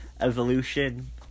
evolution